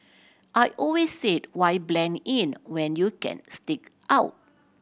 I always said why blend in when you can stick out